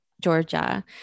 Georgia